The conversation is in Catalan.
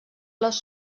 les